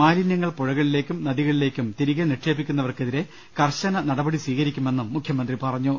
മാലിന്യങ്ങൾ പുഴകളിലേക്കും നദികളിലേക്കും തിരികെ നിക്ഷേപിക്കുന്നവർക്കെ തിരെ കർശന നടപടി സ്വീകരിക്കുമെന്നും മുഖ്യമന്ത്രി പറഞ്ഞു